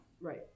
Right